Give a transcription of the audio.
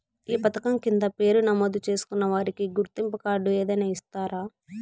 ఈ పథకం కింద పేరు నమోదు చేసుకున్న వారికి గుర్తింపు కార్డు ఏదైనా ఇస్తారా?